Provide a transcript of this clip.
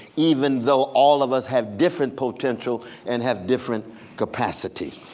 even though all of us have different potential and have different capacities.